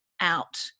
out